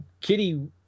Kitty